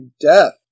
death